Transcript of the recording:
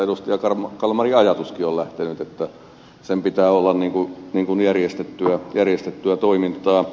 kalmarin ajatuskin on lähtenyt että sen pitää olla niin kun niin on järjestetty järjestettyä toimintaa